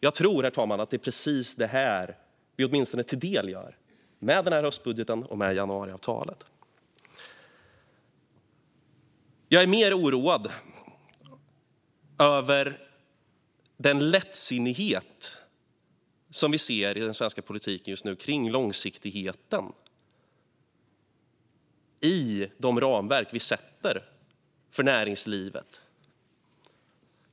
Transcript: Jag tror, herr talman, att det är precis det här som vi åtminstone del gör med höstbudgeten och med januariavtalet. Jag är mer oroad över den lättsinnighet som vi ser i den svenska politiken just nu om långsiktigheten i de ramverk vi sätter för näringslivet.